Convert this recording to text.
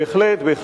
בהחלט.